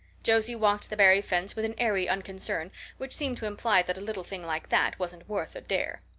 josie walked the barry fence with an airy unconcern which seemed to imply that a little thing like that wasn't worth a dare.